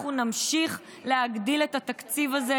אנחנו נמשיך להגדיל את התקציב הזה,